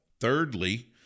Thirdly